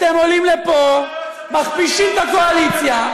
אתם עולים לפה, מכפישים את הקואליציה,